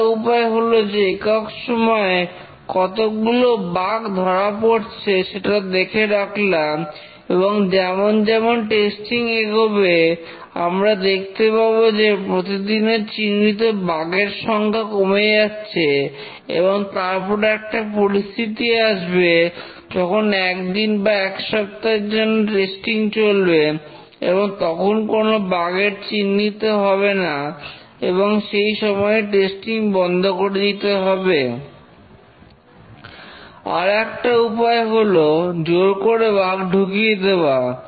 একটা উপায় হলো যে একক সময়ে কতগুলো বাগ ধরা পড়ছে সেটা দেখে রাখলাম এবং যেমন যেমন টেস্টিং এগোবে আমরা দেখতে পাবো যে প্রতিদিনের চিহ্নিত বাগ এর সংখ্যা কমে যাচ্ছে এবং তারপর একটা পরিস্থিতি আসবে যখন একদিন বা এক সপ্তাহের জন্য টেস্টিং চলবে এবং তখন কোন বাগ এর চিহ্নিত হবে না এবং সেই সময়েই টেস্টিং বন্ধ করে দিতে হবে আর একটা উপায় হলো জোর করে বাগ ঢুকিয়ে দেওয়া